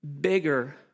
Bigger